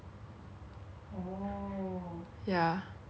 it's such a waste man like 我们全部都 book 好了